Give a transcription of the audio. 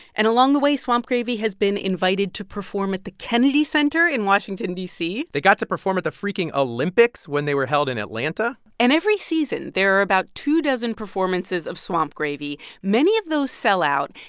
and along the way, swamp gravy has been invited to perform at the kennedy center in washington, d c they got to perform at the freaking olympics when they were held in atlanta and every season, there are about two dozen performances of swamp gravy. many of those sell out.